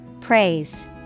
Praise